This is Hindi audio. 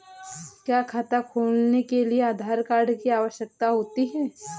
क्या खाता खोलने के लिए आधार कार्ड की आवश्यकता होती है?